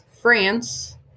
France